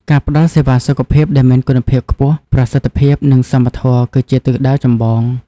ការផ្តល់សេវាសុខភាពដែលមានគុណភាពខ្ពស់ ប្រសិទ្ធភាព និងសមធម៌គឺជាទិសដៅចម្បង។